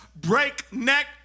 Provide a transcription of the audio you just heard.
breakneck